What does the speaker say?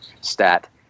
stat